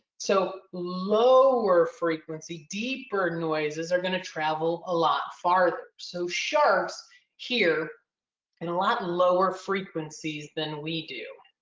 so lower frequency, deeper noises are going to travel a lot farther. so sharks hear and a lot lower frequencies than we do.